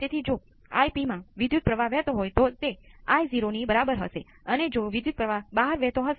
તેથી ફરીથી આપણે પહેલાની જેમ જ ઉદાહરણ લઈશું